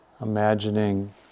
Imagining